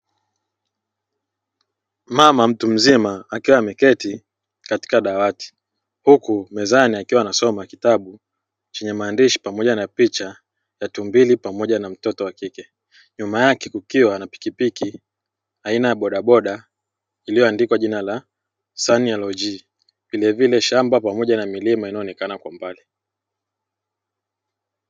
Mama mtu mzima akiwa ameketi katika dawati, huku mezani akiwa anasoma kitabu chenye maandishi pamoja na picha ya tumbili pamoja na mtoto wa kike. Nyuma yake kukiwa na pikipiki aina ya badaboda lililoandikwa jina la "sun Lg" vilevile shamba pamoja na milima inayoonekana kwa mbali.